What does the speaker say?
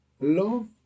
Love